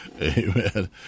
Amen